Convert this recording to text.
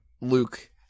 Luke